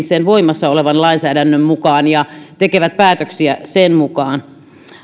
sen voimassa olevan lainsäädännön mukaan ja tekevät päätöksiä sen mukaan